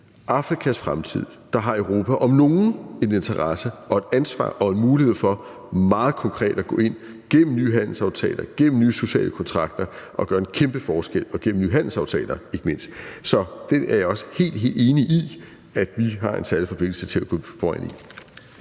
Afrikas fremtid, har Europa om nogen en interesse, et ansvar og en mulighed for meget konkret at gå ind gennem nye handelsaftaler og gennem nye sociale kontrakter og gøre en kæmpe forskel – ikke mindst gennem nye handelsaftaler. Så der er jeg også helt, helt enig i at vi har en særlig forpligtelse til at gå foran.